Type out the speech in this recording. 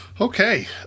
Okay